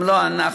ואם לא אנחנו,